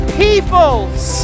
peoples